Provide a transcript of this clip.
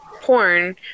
porn